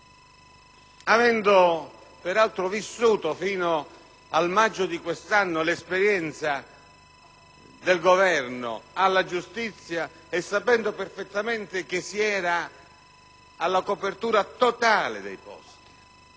avendo peraltro vissuto fino a maggio di quest'anno l'esperienza del Governo alla giustizia e sapendo perfettamente che si era alla copertura totale dei posti,